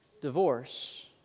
Divorce